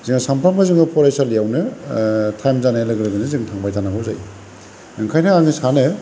जोंहा सानफ्रोमबो जोङो फरायसालियावनो टाइम जानाय लोगो लोगोनो थांबाय थानांगौ जायो ओंखायनो आङो सानो